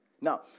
Now